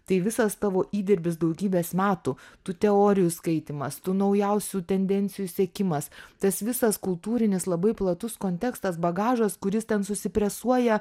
tai visas tavo įdirbis daugybės metų tų teorijų skaitymas tų naujausių tendencijų sekimas tas visas kultūrinis labai platus kontekstas bagažas kuris ten susipresuoja